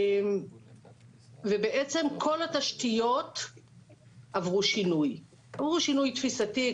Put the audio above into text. כל התשתיות עברו שינוי עברו שינוי תפיסתי,